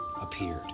appeared